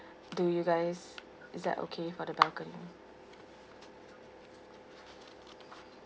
do you guys is that okay for the balcony